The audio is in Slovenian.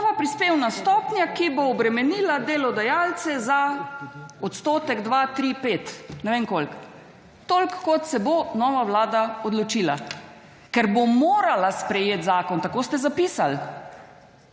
Nova prispevna stopnja, ki bo obremenila delodajalce za odstotek, dva, tri, pet, ne vem koliko. Toliko, kot se bo nova vlada odločila, ker bo morala sprejet zakon, tako ste zapisal.